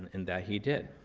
and that he did.